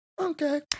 Okay